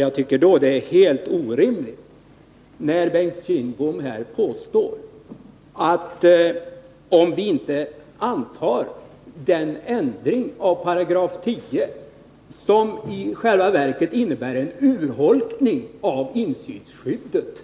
Jag tycker då att det är ett helt orimligt påstående som Bengt Kindbom gör när han säger att om vi inte antar den ändring av 10 § som i själva verket innebär en urholkning av insynsskyddet,